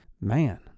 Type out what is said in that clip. man